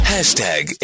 Hashtag